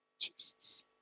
Jesus